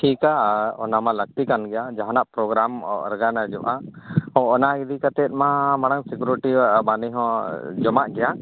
ᱴᱷᱤᱠᱟ ᱚᱱᱟᱢᱟ ᱞᱟᱹᱠᱛᱤ ᱠᱟᱱ ᱜᱮᱭᱟ ᱡᱟᱦᱟᱱᱟᱜ ᱯᱨᱳᱜᱨᱟᱢ ᱚᱨᱜᱟᱱᱟᱭᱤᱡᱚᱜᱼᱟ ᱚᱻ ᱚᱱᱟ ᱤᱫᱤ ᱠᱟᱛᱮᱫ ᱢᱟ ᱢᱟᱲᱟᱝ ᱥᱤᱠᱤᱭᱩᱨᱤᱴᱤᱭᱟᱜ ᱢᱟᱹᱱᱤ ᱦᱚᱸ ᱡᱚᱢᱟᱜ ᱜᱮᱭᱟ